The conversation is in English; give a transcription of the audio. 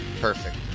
perfect